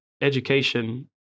education